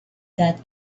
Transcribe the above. that